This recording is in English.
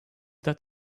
that